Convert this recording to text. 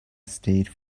state